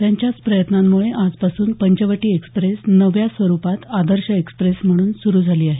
त्यांच्याच प्रयत्नांमुळे आजपासून पंचवटी एक्सप्रेस नव्या स्वरूपात आदर्श एक्सप्रेस म्हणून सुरु झाली आहे